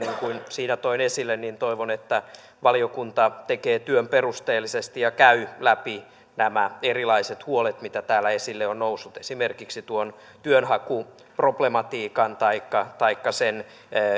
kuin siinä toin esille toivon että valiokunta tekee työn perusteellisesti ja käy läpi nämä erilaiset huolet mitä täällä esille on noussut esimerkiksi tuon työnhakuproblematiikan taikka taikka sen